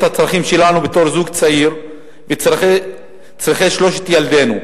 הצרכים שלנו בתור זוג צעיר ואת צורכי שלושת ילדינו.